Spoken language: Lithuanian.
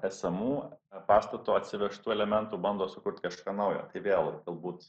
esamų pastato atsivežtų elementų bando sukurt kažką naujo tai vėl galbūt